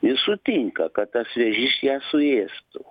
ji sutinka kad tas vėžys ją suėstų